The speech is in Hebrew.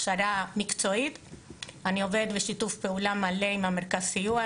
אני עובדת בשיתוף פעולה מלא עם מרכז הסיוע,